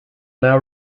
now